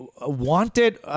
wanted